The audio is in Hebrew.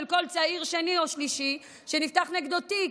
כל צעיר שני או שלישי שנפתח נגדו תיק.